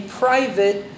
private